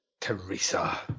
Teresa